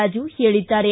ರಾಜು ಹೇಳದ್ದಾರೆ